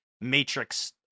Matrix